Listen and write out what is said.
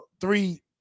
three